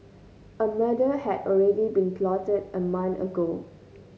a murder had already been plotted a month ago